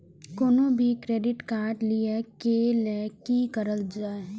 कोनो भी credit card लिए के लेल की करल जाय?